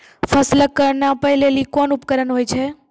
फसल कऽ नापै लेली कोन उपकरण होय छै?